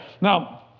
Now